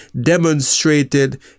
demonstrated